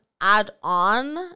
add-on